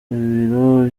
ibiro